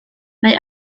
mae